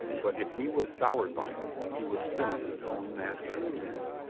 but if he was soured by it, he was soon his own master again.